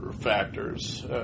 factors